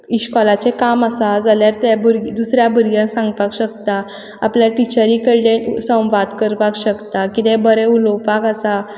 इस्कोलाचें काम आसा जाल्यार तें भुरगीं दुसऱ्यां भुरग्यांक सांगपाक शकता आपल्याक टिचरीक कडेन संवाद करपाक शकता कितेंय बरें उलोवपाक आसा